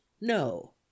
no